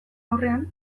aurrean